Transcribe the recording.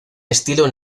estilo